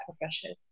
profession